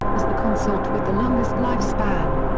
was the consort with the longest lifespan.